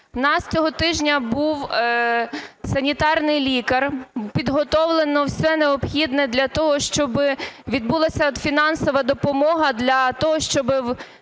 У нас цього тижня був санітарний лікар, підготовлено все необхідне для того, щоби відбулася фінансова допомога для того, щоб